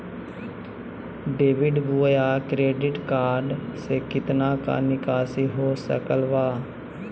Debit बोया credit card से कितना का निकासी हो सकल बा?